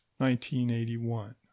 1981